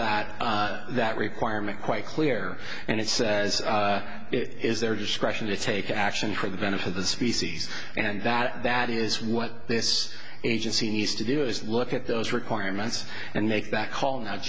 that that requirement quite clear and it says it is their discretion to take action for the benefit of the species and that that is what this agency needs to do is look at those requirements and make that call no